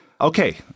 Okay